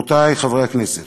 רבותי חברי הכנסת,